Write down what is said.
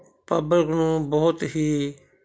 public ਨੂੰ ਬਹੁਤ ਹੀ